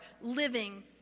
living